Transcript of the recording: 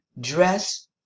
Dress